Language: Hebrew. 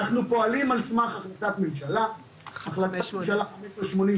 אנחנו פועלים על סמך החלטת ממשלה מספר 15/87,